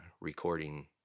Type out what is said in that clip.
recording